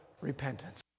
repentance